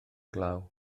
glaw